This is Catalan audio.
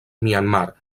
myanmar